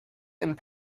and